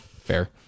Fair